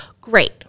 Great